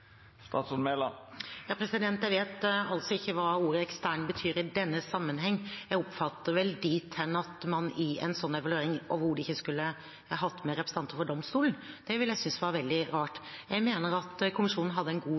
Jeg vet ikke hva ordet «ekstern» betyr i denne sammenhengen. Jeg oppfatter det vel dit hen at man i en slik evaluering overhodet ikke skulle hatt med representanter for domstolen. Det ville jeg synes var veldig rart. Jeg mener at kommisjonen hadde en god